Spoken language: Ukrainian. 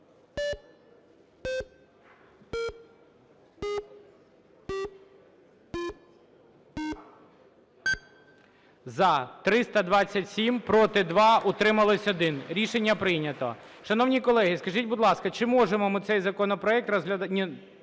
За-327 Проти – 2. Утримався – 1. Рішення прийнято. Шановні колеги, скажіть, будь ласка, чи можемо ми цей законопроект розглядати…